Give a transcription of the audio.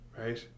right